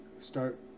start